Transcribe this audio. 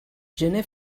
gener